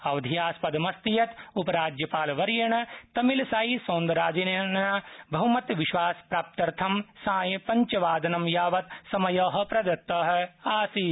अवधेयास्पदम् अस्ति यत् उपराज्यपालवर्येण तमिलसाई सौन्दराजनेन बहुमतविश्वासप्राप्त्यर्थं सायं पञ्चवादनं यावत् समय प्रदत्त आसीत्